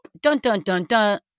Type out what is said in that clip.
dun-dun-dun-dun